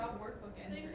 workbook and